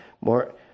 more